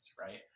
right